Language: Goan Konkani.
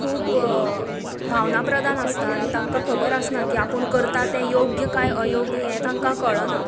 खूब भावना प्रधान आसता आनी तांकां खबर आसता की आपूण कितें करता ते योग्य कांय अयोग्य हे तांकां कळनां